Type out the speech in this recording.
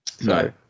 No